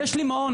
יש לי מעון.